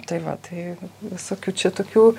tai va tai visokių čia tokių